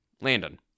Landon